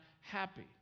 happy